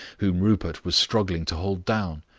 whom rupert was struggling to hold down,